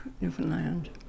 Newfoundland